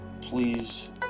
please